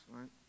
right